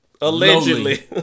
allegedly